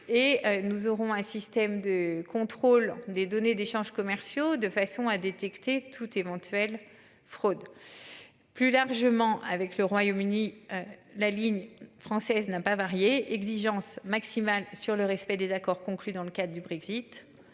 nous aurons un système de contrôle des données d'échanges commerciaux, de façon à détecter toute éventuelle fraude. Plus largement avec le Royaume-Uni, la ligne française n'a pas varié exigence maximale sur le respect des accords conclus dans le cadre du Brexit.